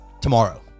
tomorrow